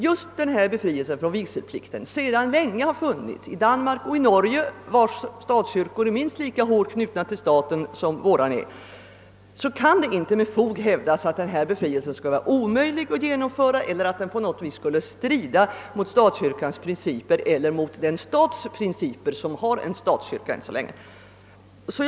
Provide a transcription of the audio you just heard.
Eftersom befrielse från vigselplikt sedan länge existerat i Danmark och Norge, vilka länders statskyrkor är minst lika hårt knutna till staten som vår, kan det inte med fog hävdas att den ifrågavarande befrielsen skulle vara omöjlig att genomföra eller att den på något vis skulle strida mot statskyrkans principer eller mot den stats principer som ännu så länge har en statskyrka.